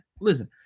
Listen